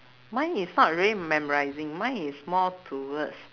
mine is not really memorising mine is more towards